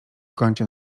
kącie